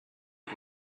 was